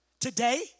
Today